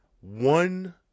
one